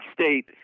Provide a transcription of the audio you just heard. State